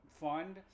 fund